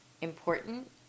important